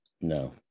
No